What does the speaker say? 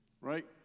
right